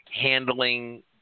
handling